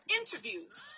interviews